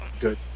Good